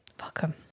Welcome